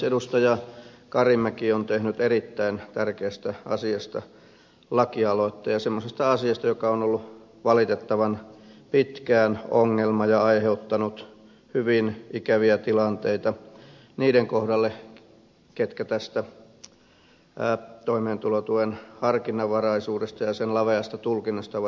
edustaja karimäki on tehnyt erittäin tärkeästä asiasta lakialoitteen ja semmoisesta asiasta joka on ollut valitettavan pitkään ongelma ja aiheuttanut hyvin ikäviä tilanteita niiden kohdalle jotka tästä toimeentulotuen harkinnanvaraisuudesta ja sen laveasta tulkinnasta ovat joutuneet kärsimään